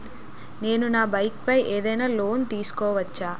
నేను నా బైక్ పై ఏదైనా లోన్ తీసుకోవచ్చా?